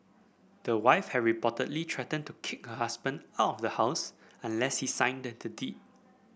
the wife had reportedly threatened to kick her husband out of the house unless he signed the deed